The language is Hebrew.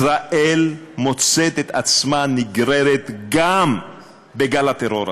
ישראל מוצאת את עצמה נגררת גם בגל הטרור הזה.